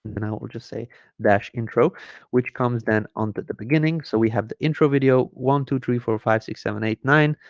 then i will just say dash intro which comes then on to the beginning so we have the intro video one two three four five six seven eight nine